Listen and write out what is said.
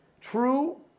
True